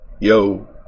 Yo